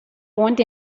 want